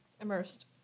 Immersed